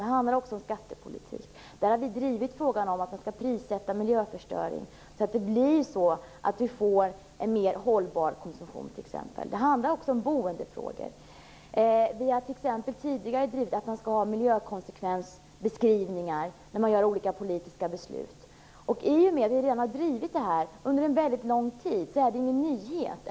Det handlar också om skattepolitik, där vi har drivit frågan om att miljöförstöring skall prissättas så att vi får en mer hållbar konsumtion t.ex. Det handlar också om boendefrågor. Vi har t.ex. tidigare drivit att miljökonsekvensbeskrivningar skall göras inför olika politiska beslut. I och med att vi redan har drivit detta under en väldigt lång tid är det ingen nyhet.